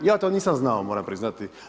Ja to nisam znao moram priznati.